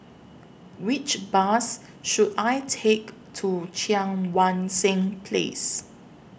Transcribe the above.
Which Bus should I Take to Cheang Wan Seng Place